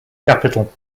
capital